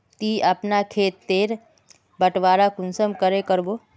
ती अपना खेत तेर बटवारा कुंसम करे करबो?